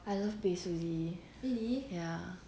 I love bae suzy ya